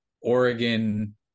Oregon